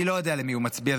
אני לא יודע למי הוא מצביע,